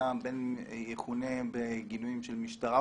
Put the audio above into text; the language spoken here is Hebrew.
בין אם יכונה בגילויים של משטרה,